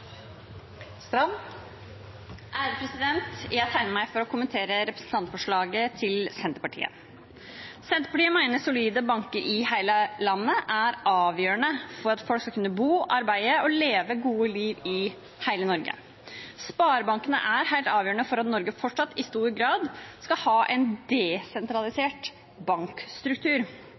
Jeg tegnet meg for å kommentere representantforslaget til Senterpartiet. Senterpartiet mener solide banker i hele landet er avgjørende for at folk skal kunne bo, arbeide og leve et godt liv i hele Norge. Sparebankene er helt avgjørende for at Norge i stor grad fortsatt skal ha en desentralisert bankstruktur.